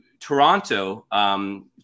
Toronto